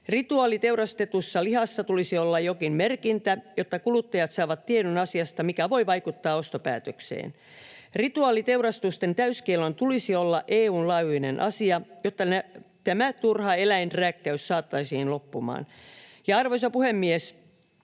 Rituaaliteurastetussa lihassa tulisi olla jokin merkintä, jotta kuluttajat saavat tiedon asiasta, mikä voi vaikuttaa ostopäätökseen. Rituaaliteurastusten täyskiellon tulisi olla EU:n laajuinen asia, jotta tämä turha eläinrääkkäys saataisiin loppumaan. Arvoisa puhemies!